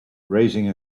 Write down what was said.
raising